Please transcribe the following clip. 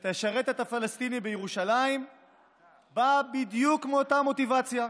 שתשרת את הפלסטינים בירושלים באה בדיוק מאותה מוטיבציה.